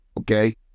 okay